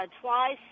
twice